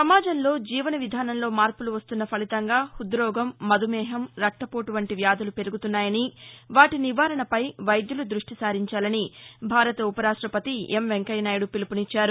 సమాజంలో జీవనవిధానంలో మార్పులు వస్తున్న ఫలితంగా హృదోగం మధుమేహం రక్తపోటు వంటి వ్యాధులు పెరుగుతున్నాయని వాటి నివారణపై వైద్యులు దృష్టి సారించాలని భారత ఉపరాష్టపతి ముప్పవరపు వెంకయ్య నాయుడు పిలుపునిచ్చారు